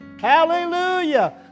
Hallelujah